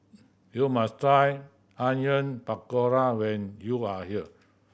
you must try Onion Pakora when you are here